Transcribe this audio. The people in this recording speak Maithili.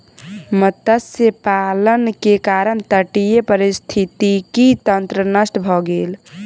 मत्स्य पालन के कारण तटीय पारिस्थितिकी तंत्र नष्ट भ गेल